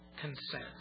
consent